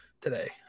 today